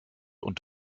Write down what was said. und